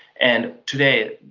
and today,